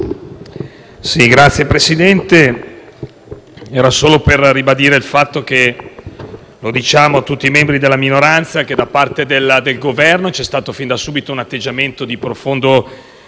Signor Presidente, intervengo per ribadire il fatto che - lo diciamo a tutti i membri della minoranza - da parte del Governo c'è stato fin da subito un atteggiamento di profonda